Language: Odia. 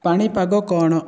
ପାଣିପାଗ କ'ଣ